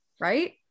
right